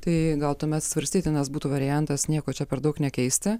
tai gal tuomet svarstytinas būtų variantas nieko čia per daug nekeisti